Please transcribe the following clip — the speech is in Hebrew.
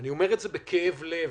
אני אומר את זה בכאב לב,